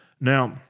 Now